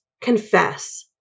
confess